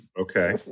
okay